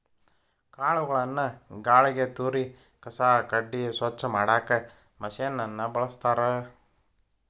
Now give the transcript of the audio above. ಕಾಳುಗಳನ್ನ ಗಾಳಿಗೆ ತೂರಿ ಕಸ ಕಡ್ಡಿ ಸ್ವಚ್ಛ ಮಾಡಾಕ್ ಮಷೇನ್ ನ ಬಳಸ್ತಾರ